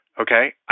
Okay